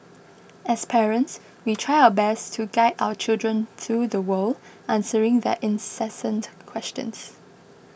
as parents we try our best to guide our children through the world answering their incessant questions